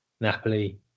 Napoli